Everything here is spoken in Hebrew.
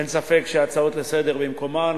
אין ספק שההצעות לסדר-היום במקומן,